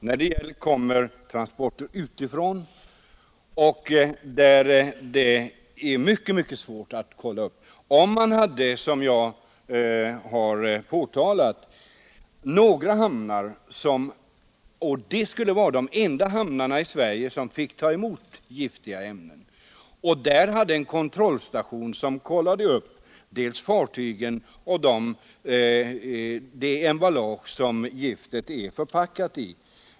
Herr talman! Jag vill inte på något sätt förringa betydelsen av de åtgärder som är vidtagna och de åtgärder som är planerade att vidtas. Visst är det riktigt att det kommer nya bestämmelser, men det är svårt att få ett kontrollsystem som fångar upp de stora riskerna vid transporter utifrån. Det viktigaste tycker jag är att det fastställs att några hamnar skall vara de enda i Sverige som får ta emot giftiga ämnen och att man i dessa hamnar har kontrollstationer för dels fartygen, dels det emballage som giftet är förpackat i.